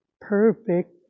perfect